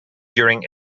during